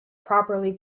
properly